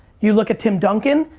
you look at tim duncan.